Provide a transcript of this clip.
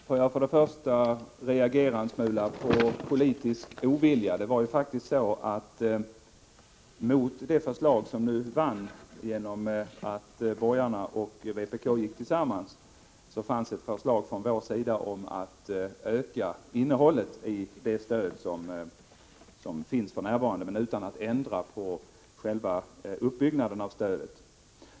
Herr talman! Jag måste reagera en smula på uttrycket politisk ovilja. Det var faktiskt så att mot det förslag som vann genom att borgarna och vpk gick tillsammans fanns ett förslag från vår sida om ett ökat innehåll i det bilstöd som redan fanns utan att ändra på själva uppbyggnaden av stödet.